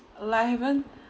like I haven't